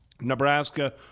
Nebraska